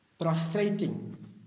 prostrating